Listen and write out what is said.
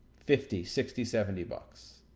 fifty, sixty, seventy bucks.